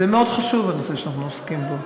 זה מאוד חשוב, הנושא שאנחנו עוסקים בו.